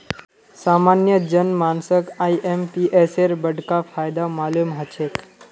सामान्य जन मानसक आईएमपीएसेर बडका फायदा मालूम ह छेक